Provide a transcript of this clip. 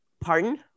Pardon